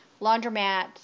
laundromats